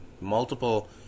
multiple